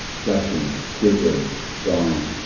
flashing, quivering dying.